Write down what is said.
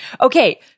Okay